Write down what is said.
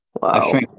wow